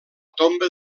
tomba